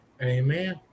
Amen